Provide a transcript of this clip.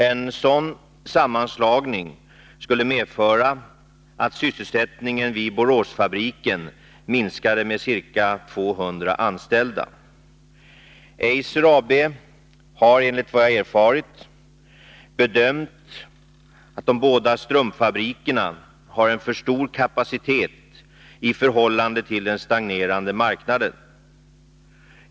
En sådan sammanslagning skulle medföra att sysselsättningen vid Boråsfabriken minskade med ca 200 anställda. Eiser AB har, enligt vad jag erfarit, bedömt att de båda strumpfabrikerna har en för stor kapacitet i förhållande till den stagnerande marknaden.